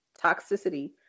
toxicity